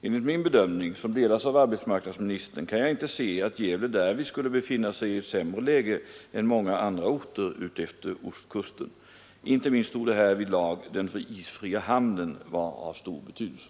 Enligt min bedömning, som delas av arbetsmarknadsministern, kan jag inte se att Gävle därvid skulle befinna sig i ett sämre läge än många andra orter utefter ostkusten. Inte minst torde härvidlag den isfria hamnen vara av stor betydelse.